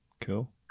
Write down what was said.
Cool